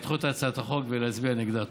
לדחות את הצעת החוק ולהצביע נגדה,